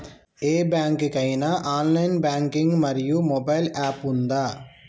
ఏ bank కి ఐనా online banking మరియు మొబైల్ యాప్ ఉందా?